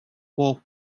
for